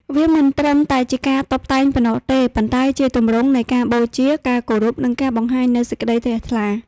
វាមិនត្រឹមតែជាការតុបតែងប៉ុណ្ណោះទេ ប៉ុន្តែជាទម្រង់នៃការបូជា ការគោរព និងការបង្ហាញនូវសេចក្តីជ្រះថ្លា។